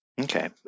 Okay